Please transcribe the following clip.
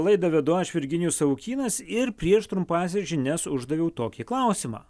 laidą vedu aš virginijus savukynas ir prieš trumpąsias žinias uždaviau tokį klausimą